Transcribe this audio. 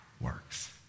works